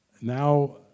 now